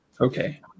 okay